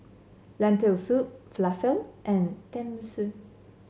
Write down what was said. Lentil Soup Falafel and Tenmusu